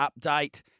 update